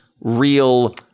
real